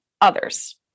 others